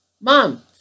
mom